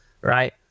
right